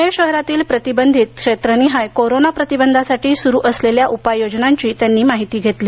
पुणे शहारातील प्रतिवंधित क्षेत्रनिहाय कोरोना प्रतिबंधासाठी सुरू असलेल्या उपाययोजनांची त्यांनी माहिती घेतली